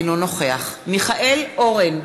אינו נוכח מיכאל אורן,